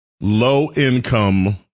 low-income